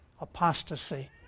apostasy